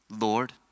Lord